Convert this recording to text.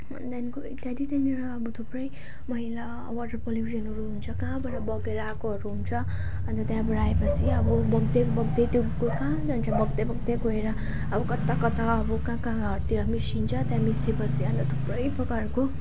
अन्त त्यहाँदेखिको ज्यादै त्यहाँनिर थुप्रै मैला वाटर पल्युसनहरू हुन्छ कहाँबाट बगेर आएकोहरू हुन्छ अन्त त्यहाँबाट आएपछि अब बग्दै बग्दै त्यो कहाँ जान्छ बग्दै बग्दै गएर अब कता कता अब कहाँ कहाँहरूतिर मिसिन्छ अनि त्यहाँनिर मिसिएपछि अन्त थुप्रै प्रकारको